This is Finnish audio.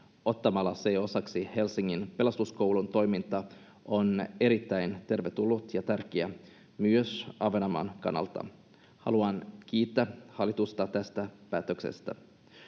ottamalla se osaksi Helsingin Pelastuskoulun toimintaa on erittäin tervetullut ja tärkeä myös Ahvenanmaan kannalta. Haluan kiittää hallitusta tästä päätöksestä.